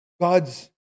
God's